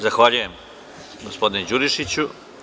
Zahvaljujem, gospodine Đurišiću.